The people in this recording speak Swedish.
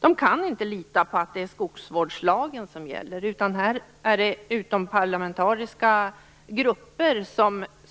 De kan inte lita på att det är skogsvårdslagen som gäller, utan att det här är utomparlamentariska grupper